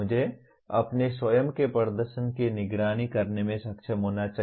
मुझे अपने स्वयं के प्रदर्शन की निगरानी करने में सक्षम होना चाहिए